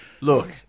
Look